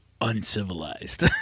uncivilized